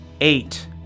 eight